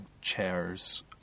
chairs